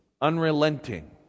unrelenting